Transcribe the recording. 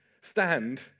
stand